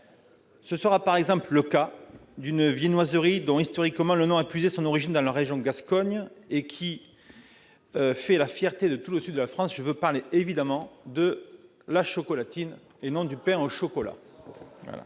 Ce sera, par exemple, le cas d'une viennoiserie dont historiquement le nom a puisé son origine dans la région Gasconne et qui fait la fierté de tout le sud de la France, je veux bien évidemment parler de la chocolatine, et non du pain au chocolat.